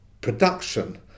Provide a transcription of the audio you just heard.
production